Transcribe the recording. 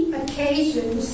occasions